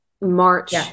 March